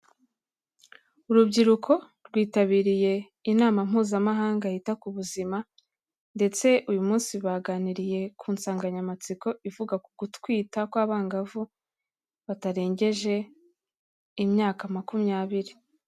Urubyiruko rwitabiriye inama mpuzamahanga yita ku buzima ndetse uyu munsi baganiriye ku nsanganyamatsiko ivuga ku gutwita kw'abangavu batarengeje imyaka makumyabiri.